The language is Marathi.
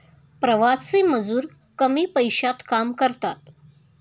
प्रवासी मजूर कमी पैशात काम करतात